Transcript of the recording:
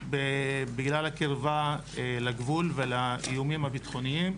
בגלל הקרבה לגבול ולאיומים הביטחוניים.